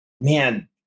man